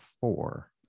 four